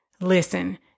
Listen